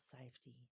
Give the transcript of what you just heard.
safety